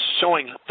showing